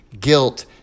guilt